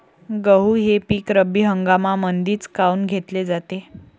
गहू हे पिक रब्बी हंगामामंदीच काऊन घेतले जाते?